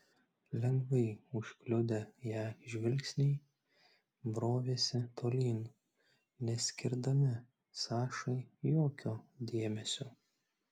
lengvai užkliudę ją žvilgsniai brovėsi tolyn neskirdami sašai jokio dėmesio